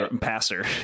passer